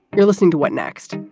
you're listening to what next?